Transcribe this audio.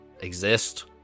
exist